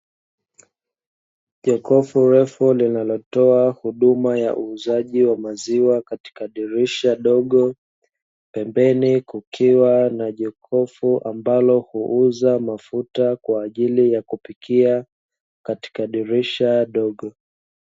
Jokofu refu linalotoa huduma ya uuzaji wa maziwa katika dirisha dogo, pembeni kukiwa na jokofu ambalo huuza mafuta kwa ajili ya kupikia katika dirisha dogo.